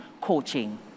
coaching